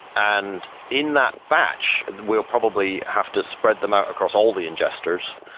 and in that batch, we'll probably have to spread them out across all the ingesters.